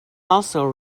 also